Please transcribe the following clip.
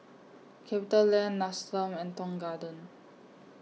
CapitaLand Nestum and Tong Garden